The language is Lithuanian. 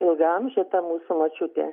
ilgaamžė ta mūsų močiutė